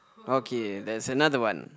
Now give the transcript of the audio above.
okay that's another one